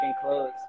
clothes